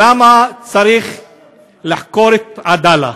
למה צריך לחקור את עדאלה,